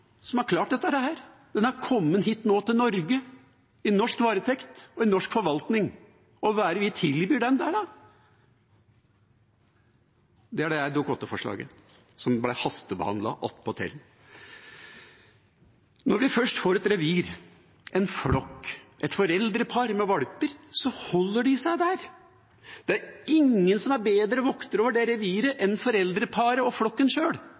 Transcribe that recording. som har klart dette. Den har kommet hit til Norge i norsk varetekt og i norsk forvaltning, og hva er det vi tilbyr den? Det er dette Dokument 8-forslaget, som attpåtil ble hastebehandlet. Når vi først får et revir, en flokk, et foreldrepar med valper, holder de seg der, det er ingen som er bedre voktere av det reviret enn foreldreparet og flokken sjøl.